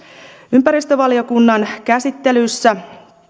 ympäristövaliokunnan käsittelyssä